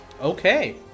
Okay